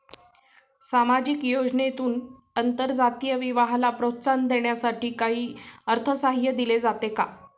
सामाजिक योजनेतून आंतरजातीय विवाहाला प्रोत्साहन देण्यासाठी काही अर्थसहाय्य दिले जाते का?